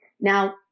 Now